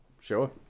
Sure